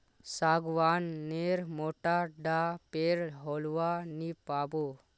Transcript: सागवान नेर मोटा डा पेर होलवा नी पाबो